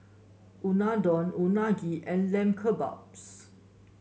Unadon Unagi and Lamb Kebabs